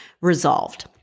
resolved